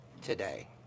today